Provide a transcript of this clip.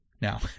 Now